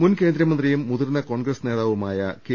മുൻ കേന്ദ്രമന്ത്രിയും മുതിർന്ന കോൺഗ്രസ് നേതാവുമായ കെ